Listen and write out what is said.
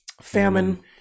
famine